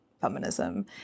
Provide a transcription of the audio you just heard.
feminism